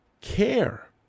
care